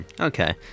okay